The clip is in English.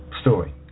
story